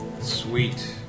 Sweet